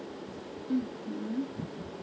mmhmm